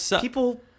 People